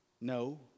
No